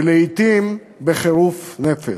ולעתים בחירוף נפש.